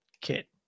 kit